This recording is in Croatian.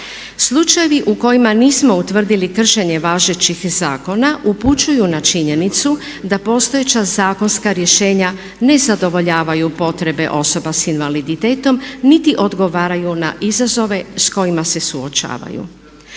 Slučajevi u kojima nismo utvrdili kršenje važećih zakona upućuju na činjenicu da postojeća zakonska rješenja ne zadovoljavaju potrebe osoba sa invaliditetom niti odgovaraju na izazove s kojima se suočavaju.